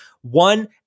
One